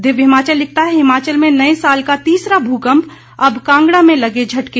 दिव्य हिमाचल लिखता है हिमाचल में नए साल का तीसरा भूकंप अब कांगड़ा में लगे झटके